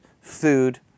food